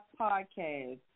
Podcast